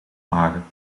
magen